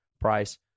price